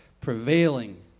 Prevailing